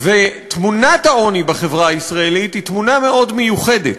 ותמונת העוני בחברה הישראלית היא תמונה מאוד מיוחדת.